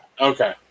Okay